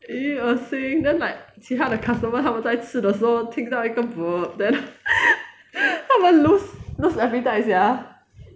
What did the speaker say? !ee! 恶心 then like 其他的 customer 他们在吃的时候听到一个 burp then 他们 lose lose appetite sia